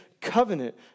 covenant